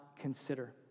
consider